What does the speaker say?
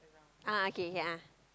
ah okay a'ah